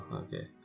okay